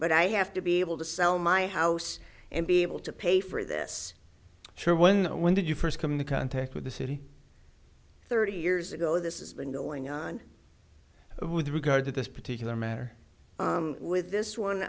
but i have to be able to sell my house and be able to pay for this show when the when did you first come into contact with the city thirty years ago this is been going on with regard to this particular matter with this one